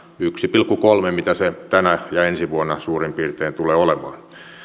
yksi pilkku kolme mitä se tänä ja ensi vuonna suurin piirtein tulee olemaan